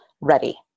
ready